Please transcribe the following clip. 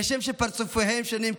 כשם שפרצופיהם שונים,